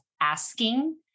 asking